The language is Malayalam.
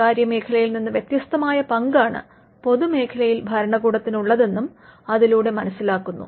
സ്വകാര്യമേഖലയിൽ നിന്ന് വ്യത്യസ്തമായ പങ്കാണ് പൊതുമേഖലയിൽ ഭരണകൂടത്തിനുള്ളതെന്നും അതിലൂടെ മനസിലാക്കുന്നു